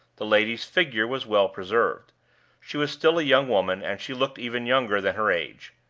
the lady's figure was well preserved she was still a young woman, and she looked even younger than her age.